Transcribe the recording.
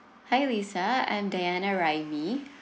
hi lisa I'm dayana raimi